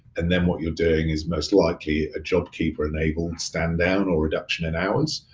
and then what you're doing is most likely a jobkeeper enabled stand down or reduction in hours.